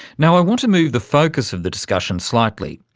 now i want to move the focus of the discussion slightly.